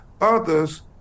others